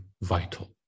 vital